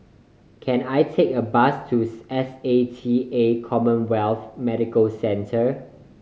can I take a bus to S A T A CommHealth Medical Centre